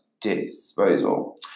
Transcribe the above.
disposal